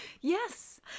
Yes